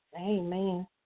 Amen